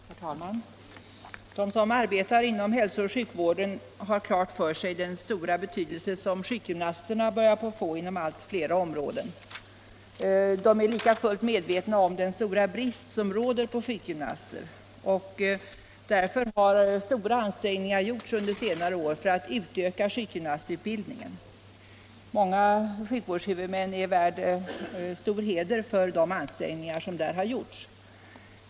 Herr talman! De som arbetar inom hälso och sjukvården har fullt klart för sig vilken stor betydelse sjukgymnasterna börjar få inom allt flera områden, och alla är medvetna om den stora brist på sjukgymnaster som råder f.n. | Därför har under senare år stora ansträngningar gjorts för att öka sjukgymnastutbildningen. Många sjukvårdshuvudmän är värda stor heder för de ansträngningar som där har gjorts.